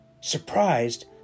Surprised